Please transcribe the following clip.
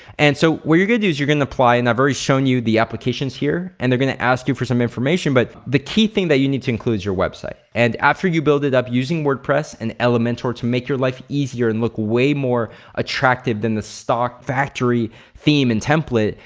and so what you're gonna do is you're gonna apply and i've already shown you the applications here, and they're gonna ask you for some information but the key thing that you need to includes your website and after you build it up using wordpress and elementor to make your life easier and look way more attractive than the stock factory theme and template,